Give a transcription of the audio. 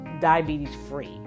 diabetes-free